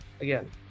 again